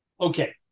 Okay